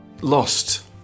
lost